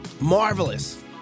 Marvelous